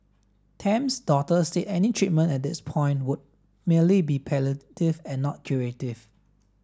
Tam's doctor said any treatment at this point would merely be palliative and not curative